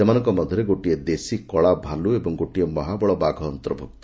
ସେମାନଙ୍କ ମଧ୍ଧରେ ଗୋଟିଏ ଦେଶୀ କଳା ଭାଲୁ ଏବଂ ଗୋଟିଏ ମହାବଳ ବାଘ ଅନ୍ତର୍ଭୁକ୍ତ